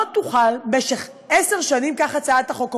לא תוכל, במשך עשר שנים, כך הצעת החוק אומרת,